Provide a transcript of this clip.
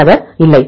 மாணவர் இல்லை